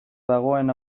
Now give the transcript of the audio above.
dagoen